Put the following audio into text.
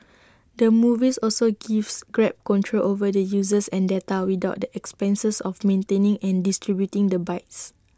the movies also gives grab control over the users and data without the expenses of maintaining and distributing the bikes